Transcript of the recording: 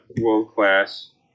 world-class